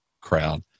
crowd